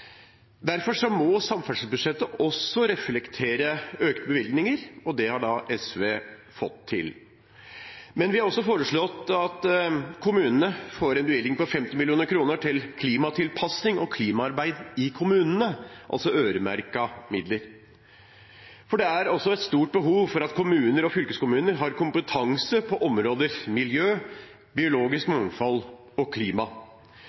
Derfor må samferdselsbudsjettet også reflektere økte bevilgninger, og det har SV fått til. Vi har også foreslått at kommunene får en bevilgning på 50 mill. kr til klimatilpasning og klimaarbeid i kommunene, altså øremerkede midler. For det er et stort behov for at kommuner og fylkeskommuner har kompetanse på områdene miljø, biologisk mangfold og klima.